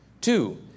Two